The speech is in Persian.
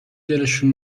دلشون